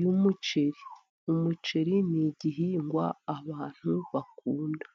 y'umuceri, umuceri n'igihingwa abantu bakunda.